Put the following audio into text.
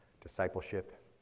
Discipleship